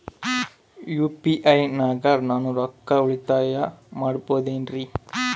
UPI ನಾಗ ನಾನು ರೊಕ್ಕ ಉಳಿತಾಯ ಮಾಡಬಹುದೇನ್ರಿ?